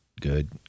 good